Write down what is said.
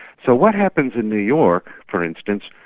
so what happens in new york for instance,